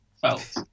Felt